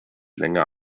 länger